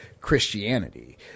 Christianity